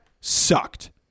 sucked